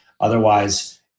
Otherwise